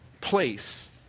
place